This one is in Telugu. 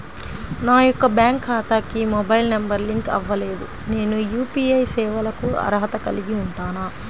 నా యొక్క బ్యాంక్ ఖాతాకి మొబైల్ నంబర్ లింక్ అవ్వలేదు నేను యూ.పీ.ఐ సేవలకు అర్హత కలిగి ఉంటానా?